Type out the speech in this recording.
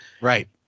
Right